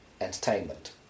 entertainment